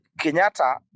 Kenyatta